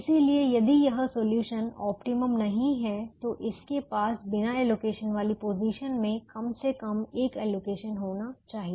इसलिए यदि यह सॉल्यूशन ऑप्टिमम नहीं है तो इसके पास बिना एलोकेशन वाली पोजीशन में कम से कम एक एलोकेशन होना चाहिए